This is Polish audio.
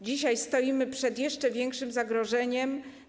Dzisiaj stoimy przed jeszcze większym zagrożeniem.